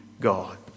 God